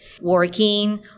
working